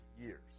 years